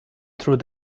through